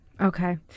Okay